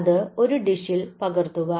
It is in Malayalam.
അത് ഒരു ഡിഷിൽ പകർത്തുക